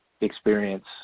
experience